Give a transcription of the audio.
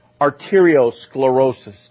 arteriosclerosis